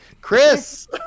Chris